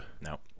No